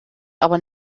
aber